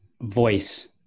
voice